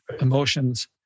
emotions